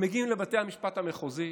הם מגיעים לבתי המשפט המחוזיים.